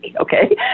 okay